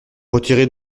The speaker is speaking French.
retirez